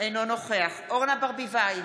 אינו נוכח אורנה ברביבאי,